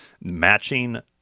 matching